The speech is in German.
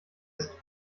ist